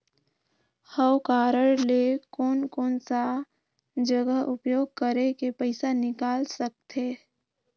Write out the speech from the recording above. हव कारड ले कोन कोन सा जगह उपयोग करेके पइसा निकाल सकथे?